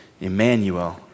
Emmanuel